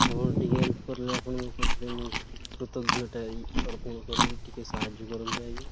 ଆପଣ ଟିକେ ହେଲ୍ପ କରିଲେ ଆପଣ ମୁଁ କୃତଜ୍ଞତା ଅର୍ପଣ କରିବି ଟିକେ ସାହାଯ୍ୟ କରନ୍ତୁ ଆଜ୍ଞା